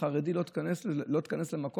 כחרדי לא תיכנס למקום,